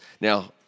Now